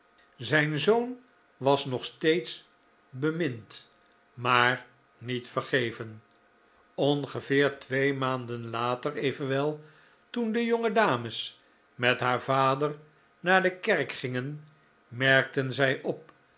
zijn zoon was nog steeds bemind maar niet vergeven ongeveer twee maanden later evenwel toen de jonge dames met haar vader naar de kerk gingen merkten zij op